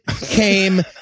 came